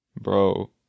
Bro